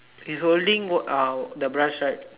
he's holding what are the brush right